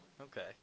okay